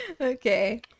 okay